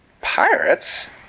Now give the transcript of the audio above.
pirates